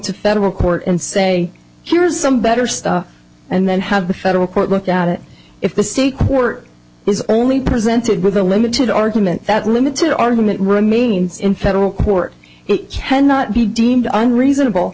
to federal court and say here's some better stuff and then have the federal court look at it if the state court is only presented with a limited argument that limits your argument remains in federal court it cannot be deemed under reasonable